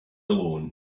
alone